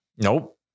Nope